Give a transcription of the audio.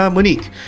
Monique